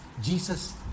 Jesus